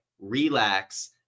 relax